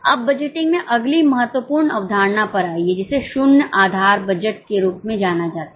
अब बजटिंग में अगली महत्वपूर्ण अवधारणा पर आइए जिसे शून्य आधार बजट के रूप में जाना जाता है